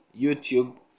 youtube